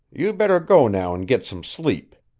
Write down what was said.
you'd better go now and git some sleep.